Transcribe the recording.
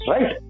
Right